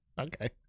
Okay